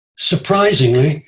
Surprisingly